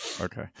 okay